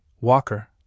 Walker